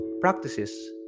practices